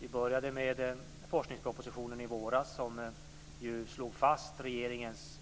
Vi började med forskningspropositionen i våras som ju slog fast regeringens